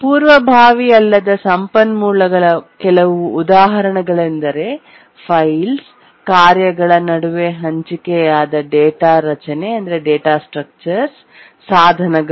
ಪೂರ್ವಭಾವಿ ಅಲ್ಲದ ಸಂಪನ್ಮೂಲಗಳ ಕೆಲವು ಉದಾಹರಣೆಗಳೆಂದರೆ ಫೈಲ್ ಕಾರ್ಯಗಳ ನಡುವೆ ಹಂಚಿಕೆಯಾದ ಡೇಟಾ ರಚನೆಡೇಟಾ ಸ್ಟ್ರಕ್ಚರ್ ಸಾಧನಗಳು